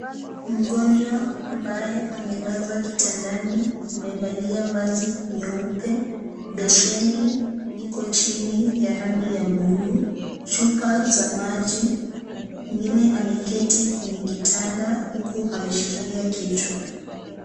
Mgonjwa ambaye amelazwa kitandani amevalia vazi nyeupe, beseni iko chini ya rangi ya bluu, chupa za maji. Mwingine ameketi kwenye kitanda huku akishikilia kichwa.